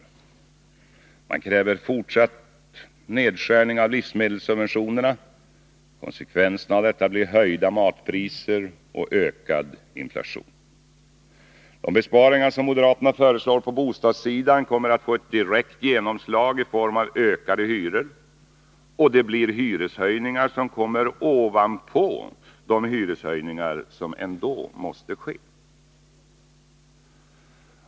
Man kräver fortsatt nedskärning av livsmedelssubventionerna. Konsekvensen av detta blir höjda matpriser och ökad inflation. De besparingar som moderaterna föreslår på bostadssidan kommer att få ett direkt genomslag i form av ökade hyror. Det blir hyreshöjningar som då kommer ovanpå de hyreshöjningar som ändå måste ske.